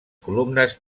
columnes